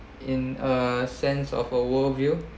in a sense of a worldview